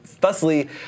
Thusly